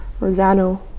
Rosano